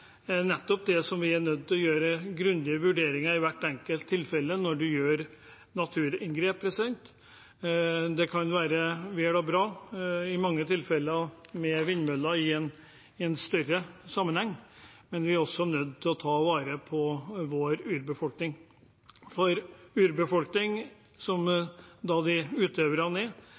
nettopp dette vi er nødt til å gjøre grundige vurderinger av i hvert enkelt tilfelle, når en gjør naturinngrep. Det kan være vel og bra i mange tilfeller med vindmøller i en større sammenheng, men vi er også nødt til å ta vare på vår urbefolkning. For urbefolkningen, som disse utøverne er,